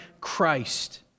Christ